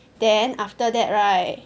then after that right